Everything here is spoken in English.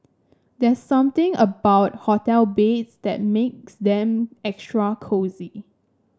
there's something about hotel beds that makes them extra cosy